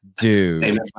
Dude